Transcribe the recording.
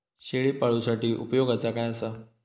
शेळीपाळूसाठी उपयोगाचा काय असा?